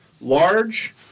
large